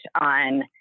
on